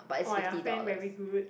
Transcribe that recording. !wah! your friend very good